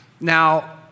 Now